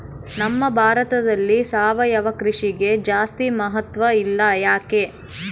ನಮ್ಮ ಭಾರತದಲ್ಲಿ ಸಾವಯವ ಕೃಷಿಗೆ ಜಾಸ್ತಿ ಮಹತ್ವ ಇಲ್ಲ ಯಾಕೆ?